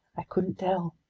i couldn't tell.